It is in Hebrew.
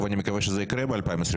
טוב, אני מקווה שזה יקרה ב-2025.